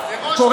האופל.